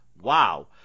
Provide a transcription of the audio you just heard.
wow